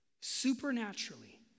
supernaturally